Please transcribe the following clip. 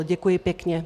Děkuji pěkně.